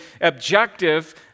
objective